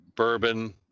bourbon